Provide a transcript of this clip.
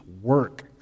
work